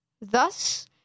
Thus